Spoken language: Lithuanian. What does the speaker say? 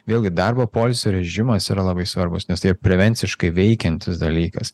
vėlgi darbo poilsio režimas yra labai svarbus nes tai prevenciškai veikiantis dalykas